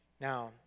Now